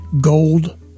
gold